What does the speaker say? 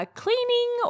cleaning